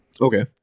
okay